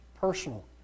Personal